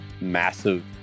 massive